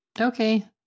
Okay